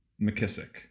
McKissick